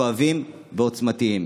כואבים ועוצמתיים.